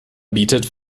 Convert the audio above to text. bietet